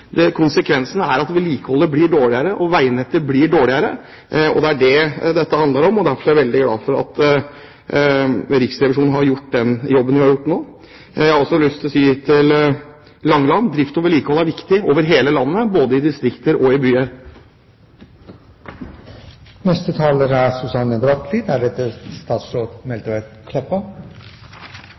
veibevilgningene. Konsekvensen der ute er ikke at det har vært en historisk satsing. Konsekvensene er at vedlikeholdet blir dårligere og veinettet blir dårligere. Det er det dette handler om, og derfor er jeg veldig glad for at Riksrevisjonen har gjort den jobben de har gjort nå. Jeg har også lyst til å si til Langeland: Drift og vedlikehold er viktig over hele landet, både i distrikter og i byer.